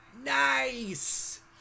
Nice